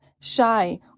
shy